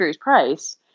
Price